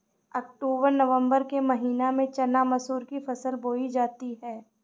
अक्टूबर नवम्बर के महीना में चना मसूर की फसल बोई जाती है?